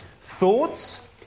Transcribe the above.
thoughts